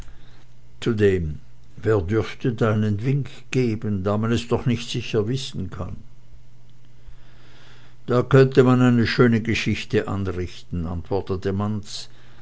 zudem wer dürfte da einen wink geben da man es doch nicht sicher wissen kann da könnte man eine schöne geschichte anrichten antwortete manz